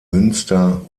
münster